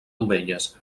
dovelles